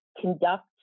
conduct